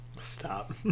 Stop